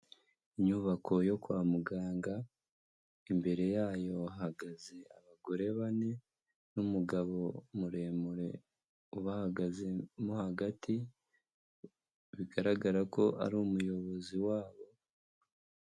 Inyubako yo kwa muganga, imbere yayo hahagaze abagore bane n'umugabo muremure ubahagazemo hagati, bigaragara ko ari umuyobozi wabo.